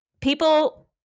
people